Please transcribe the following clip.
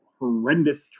horrendous